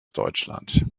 deutschland